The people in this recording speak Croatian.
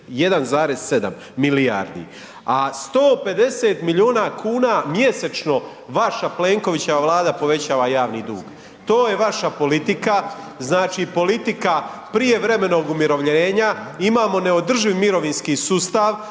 281,7 milijardi, a 150 miliona kuna mjesečno vaša Plenkovićeva vlada povećava javni dug. To je vaša politika, znači politika prijevremenog umirovljenja, imamo neodrživ mirovinski sustav